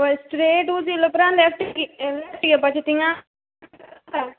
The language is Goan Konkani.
होय स्ट्रेट उंच येयले उपरांत लेफ्ट घे लेफ्ट घेवपाचो तिंगा काड